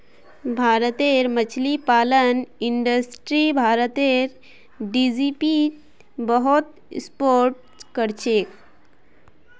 भारतेर मछली पालन इंडस्ट्री भारतेर जीडीपीक बहुत सपोर्ट करछेक